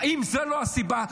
אם זאת לא הסיבה,